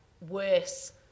worse